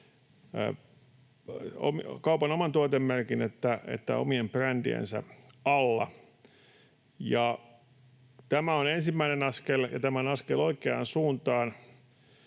kaupan oman tuotemerkin että omien brändiensä alla. Tämä on ensimmäinen askel, ja tämä on askel oikeaan suuntaan.